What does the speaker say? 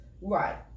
Right